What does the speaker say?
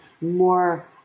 more